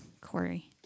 Corey